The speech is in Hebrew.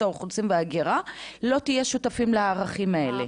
האוכלוסין וההגירה לא תהיה שותפה לערכים האלה.